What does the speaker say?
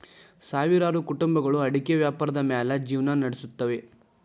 ಸಾವಿರಾರು ಕುಟುಂಬಗಳು ಅಡಿಕೆ ವ್ಯಾಪಾರದ ಮ್ಯಾಲ್ ಜಿವ್ನಾ ನಡಸುತ್ತವೆ